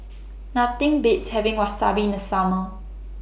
Nothing Beats having Wasabi in The Summer